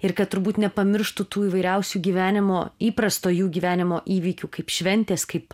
ir kad turbūt nepamirštų tų įvairiausių gyvenimo įprasto jų gyvenimo įvykių kaip šventės kaip